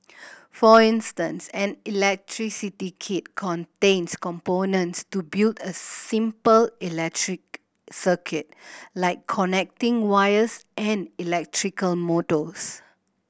for instance an electricity kit contains components to build a simple electric circuit like connecting wires and electrical motors